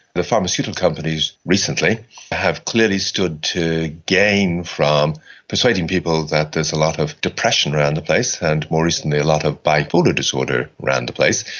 the pharmaceutical companies recently have clearly stood to gain from persuading people that there is a lot of depression around the place and more recently a lot of bipolar disorder around the place,